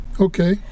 Okay